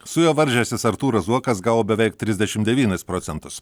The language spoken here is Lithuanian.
su juo varžęsis artūras zuokas gavo beveik trisdešim devynis procentus